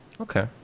Okay